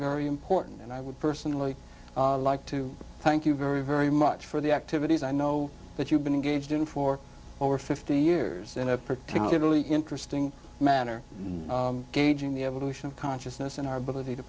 very important and i would personally like to thank you very very much for the activities i know that you've been engaged in for over fifty years in a particularly interesting manner and gauging the evolution of consciousness and our ability to